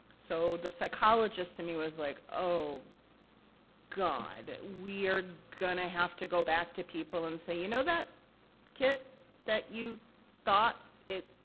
so, the psychologist in me was like, oh god. we're gonna have to go back to people and say, you know that kit that you thought? it,